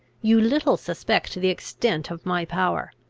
you little suspect the extent of my power.